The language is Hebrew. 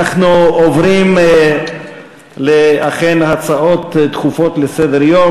אנחנו עוברים להצעות דחופות לסדר-היום,